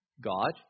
God